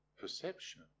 perception